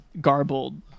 garbled